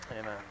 Amen